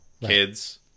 kids